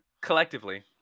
collectively